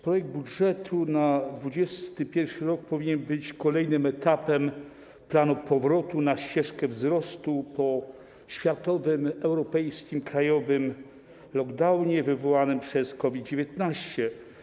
Projekt budżetu na 2021 r. powinien być kolejnym etapem planu powrotu na ścieżkę wzrostu po światowym, europejskim, krajowym lockdownie, wywołanym przez COVID-19.